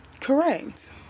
Correct